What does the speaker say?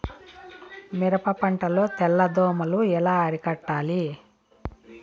మిరప పంట లో తెల్ల దోమలు ఎలా అరికట్టాలి?